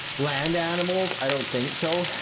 land animals? i don't think so.